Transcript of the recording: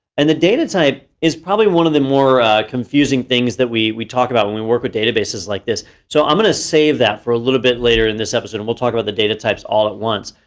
and the data type is probably one of the more confusing things that we we talk about when we work with databases like this. so i'm gonna save that for a little bit later in this episode, and we'll talk about the data types all at once.